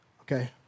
Okay